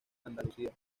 andalucía